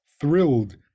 thrilled